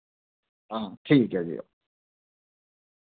हां ठीक ऐ फ्ही तां